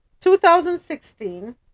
2016